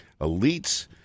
elites